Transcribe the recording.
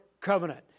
covenant